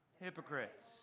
hypocrites